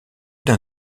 d’un